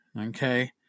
Okay